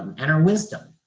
and her wisdom.